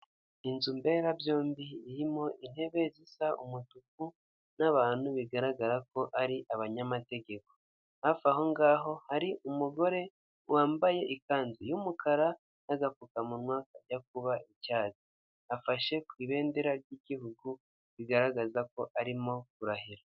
Inzu mberabyombi irimo intebe zisa umutuku n'abantu bigaragara ko ari abanyamategeko. Hafi aho ngaho hari umugore wambaye ikanzu y'umukara n'agapfukamunwa kajya kuba icyatsi. Afashe ku ibendera ry'igihugu, bigaragara ko arimo kurahira.